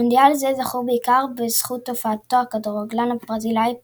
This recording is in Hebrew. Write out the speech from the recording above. מונדיאל זה זכור בעיקר בזכות הופעתו של הכדורגלן הברזילאי פלה,